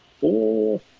four